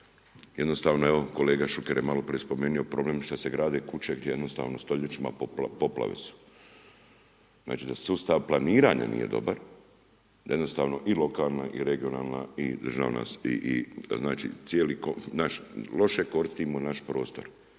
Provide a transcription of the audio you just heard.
jednostavno evo, kolega Šuker j maloprije spomenuo, problem je što se grade kuće gdje jednostavno stoljećima poplave su već da sustav planiranja nije dobar, da jednostavno i lokalna i regionalna i država, znači loše koristimo naš prostor,